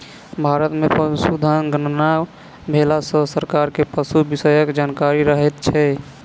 भारत मे पशुधन गणना भेला सॅ सरकार के पशु विषयक जानकारी रहैत छै